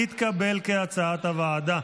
כהצעת הוועדה,